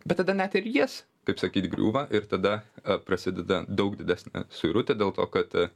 bet tada net ir jis kaip sakyt griūva ir tada prasideda daug didesnė suirutė dėl to kad